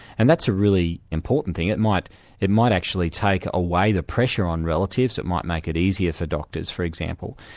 and that' a really important thing. it might it might actually take away the pressure on relatives it might make it easier for doctors for example,